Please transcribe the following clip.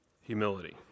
humility